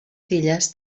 filles